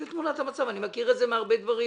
זאת תמונת המצב ואני מכיר את זה מהרבה דברים